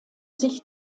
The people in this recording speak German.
sich